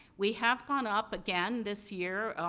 we have gone up again, this year,